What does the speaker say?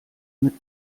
mit